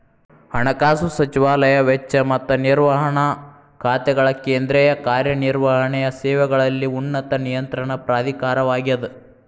ಹಣಕಾಸು ಸಚಿವಾಲಯ ವೆಚ್ಚ ಮತ್ತ ನಿರ್ವಹಣಾ ಖಾತೆಗಳ ಕೇಂದ್ರೇಯ ಕಾರ್ಯ ನಿರ್ವಹಣೆಯ ಸೇವೆಗಳಲ್ಲಿ ಉನ್ನತ ನಿಯಂತ್ರಣ ಪ್ರಾಧಿಕಾರವಾಗ್ಯದ